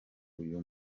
uyu